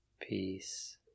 Peace